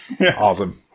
Awesome